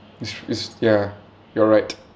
which is ya you're right